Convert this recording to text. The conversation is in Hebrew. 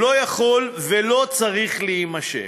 לא יכול ולא צריך להימשך.